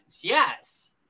yes